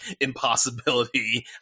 impossibility